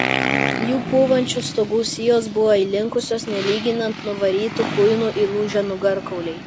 jų pūvančių stogų sijos buvo įlinkusios nelyginant nuvarytų kuinų įlūžę nugarkauliai